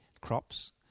crops